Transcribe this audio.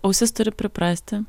ausis turi priprasti